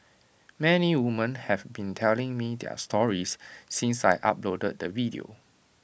many women have been telling me their stories since I uploaded the video